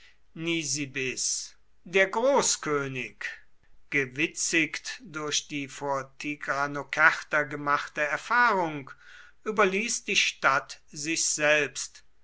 nisibis der großkönig gewitzigt durch die vor tigranokerta gemachte erfahrung überließ die stadt sich selbst